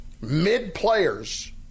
mid-players